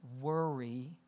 worry